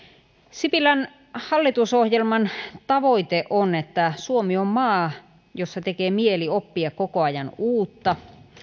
sipilän hallitusohjelman tavoite on että suomi on maa jossa tekee mieli oppia koko ajan uutta